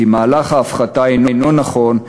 שמהלך ההפחתה אינו נכון,